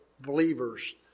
believers